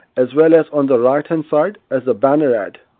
as well as on the right hand side as a banner ad.